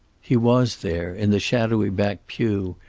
he was there, in the shadowy back pew,